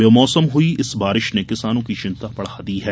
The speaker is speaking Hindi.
बेमौसम हुई इस बारिश ने किसानों की चिन्ता बढ़ा दी है